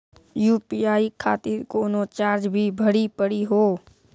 UPI खातिर कोनो charge भी भरी पड़ी हो?